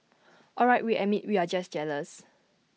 all right we admit we're just jealous